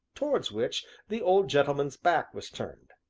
towards which the old gentleman's back was turned.